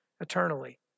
eternally